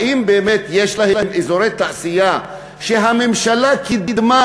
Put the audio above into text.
האם באמת יש להם אזורי תעשייה שהממשלה קידמה